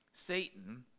Satan